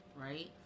Right